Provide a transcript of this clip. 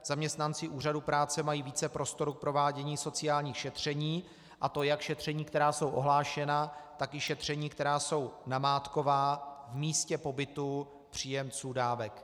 Zaměstnanci Úřadu práce mají více prostoru k provádění sociálních šetření, a to jak šetření, která jsou ohlášena, tak i šetření, která jsou namátková v místě pobytu příjemců dávek.